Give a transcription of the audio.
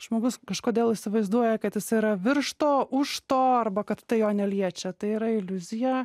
žmogus kažkodėl įsivaizduoja kad jisai yra virš to už to arba kad tai jo neliečia tai yra iliuzija